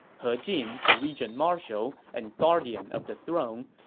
he jin, the regent marshal and guardian of the throne,